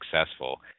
successful